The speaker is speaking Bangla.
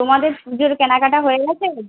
তোমাদের পুজোর কেনাকাটা হয়ে গেছে